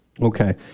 Okay